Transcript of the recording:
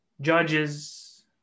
judges